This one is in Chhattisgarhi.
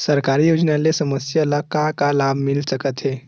सरकारी योजना ले समस्या ल का का लाभ मिल सकते?